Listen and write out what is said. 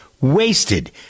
wasted